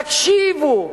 תקשיבו,